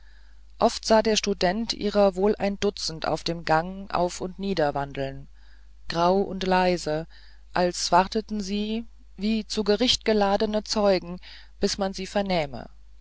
oft sah der student ihrer wohl ein dutzend auf dem gang auf und nieder wandeln grau und leise als warteten sie wie zu gericht geladene zeugen bis man sie